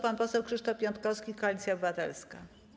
Pan poseł Krzysztof Piątkowski, Koalicja Obywatelska.